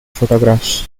photographs